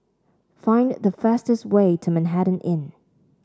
find the fastest way to Manhattan Inn